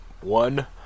One